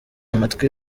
amatwi